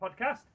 podcast